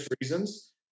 reasons